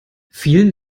vielen